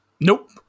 Nope